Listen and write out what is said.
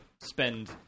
spend